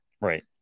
Right